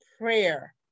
prayer